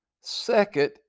Second